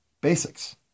basics